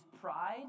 pride